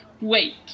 wait